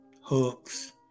hooks